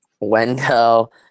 Wendell